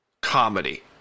comedy